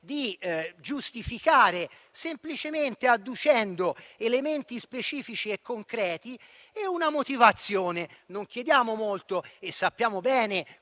di giustificare, semplicemente adducendo elementi specifici e concreti e una motivazione. Non chiediamo molto e sappiamo bene